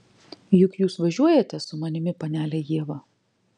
juk jūs važiuojate su manimi panele ieva